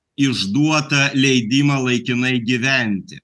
išduotą leidimą laikinai gyventi